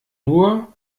nur